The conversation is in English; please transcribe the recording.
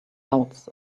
doubts